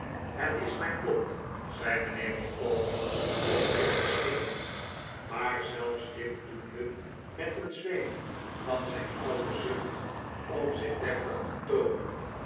het is mijn lot zei mijnheer micawber oprecht snikkend maar zelfs dit doende met een zweem van zijn oude zucht om zich deftig te toonen